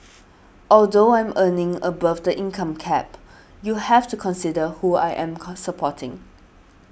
although I am earning above the income cap you have to consider who I am co supporting